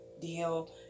deal